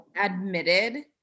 admitted